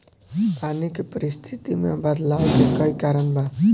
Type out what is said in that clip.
पानी के परिस्थिति में बदलाव के कई कारण बा